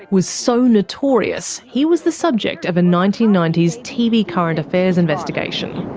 was so notorious he was the subject of a nineteen ninety s tv current affairs investigation.